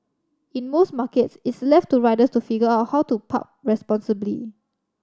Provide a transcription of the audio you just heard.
in most markets it's left to riders to figure out how to park responsibly